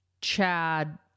Chad